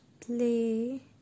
play